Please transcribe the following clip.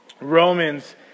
Romans